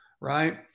right